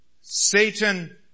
Satan